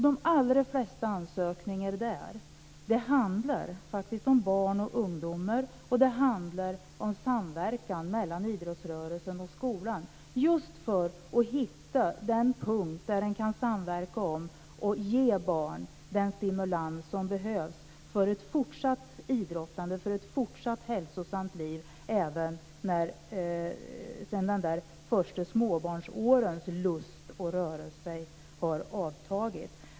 De allra flesta ansökningar där handlar faktiskt om barn och ungdomar och om samverkan mellan idrottsrörelsen och skolan, just för att hitta den punkt som man kan samverka om och för att ge barn den stimulans som behövs för ett fortsatt idrottande och ett fortsatt hälsosamt liv, även sedan de första småbarnsårens lust att röra sig har avtagit.